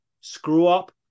screw-up